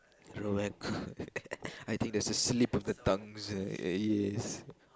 back I think that's a slip of the tongue ah yes